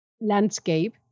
landscape